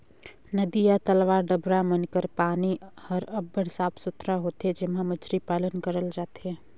नदिया, तलवा, डबरा मन कर पानी हर अब्बड़ साफ सुथरा होथे जेम्हां मछरी पालन करल जाथे